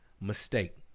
mistake